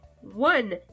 one